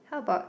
how about